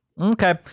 okay